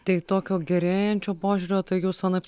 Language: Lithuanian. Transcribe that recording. tai tokio gerėjančio požiūrio tai jūs anaiptol